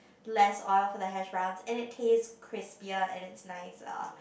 less oil for the hash browns and it tastes crispier and it's nicer